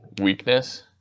weakness